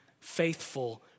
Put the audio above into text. faithful